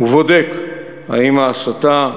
ובודק האם ההסתה,